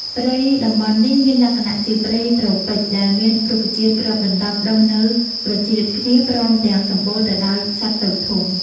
ព្រៃតំបន់នេះ មានលក្ខណៈជាព្រៃត្រូពិច ដែលមានរុក្ខជាតិគ្រប់ប្រភេទដុះនៅប្រជ្រៀតគ្នា ព្រមទាំង សំបូរទៅដោយសត្វតូចធំ ។